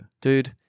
Dude